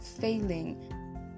failing